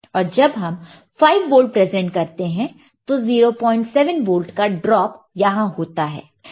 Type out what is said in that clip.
और जब हम 5वोल्ट प्रेजेंट करते हैं तो 07 वोल्ट का ड्रॉप यहां होता है